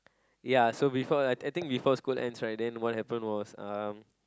ya so before ya I think before school ends right what happen was um